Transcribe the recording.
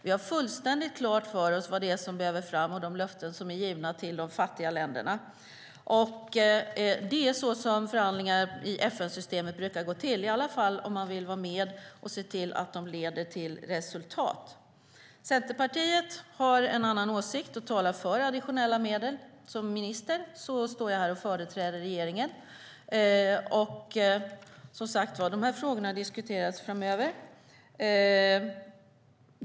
Vi har fullständigt klart för oss vad det är som behöver komma fram och vilka löften som är givna till de fattiga länderna. Det är så som förhandlingar i FN-systemet brukar gå till, i alla fall om man vill vara med och se till att de leder till resultat. Centerpartiet har en annan åsikt och talar för additionella medel. Som minister står jag här och företräder regeringen. De här frågorna diskuteras framöver.